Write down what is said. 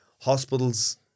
hospitals